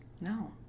No